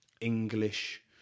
English